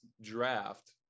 draft